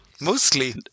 Mostly